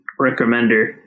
Recommender